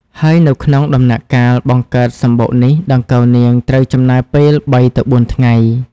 ហើយនៅក្នុងដំណាក់កាលបង្កើតសំបុកនេះដង្កូវនាងត្រូវចំណាយពេល ៣ ទៅ ៤ ថ្ងៃ។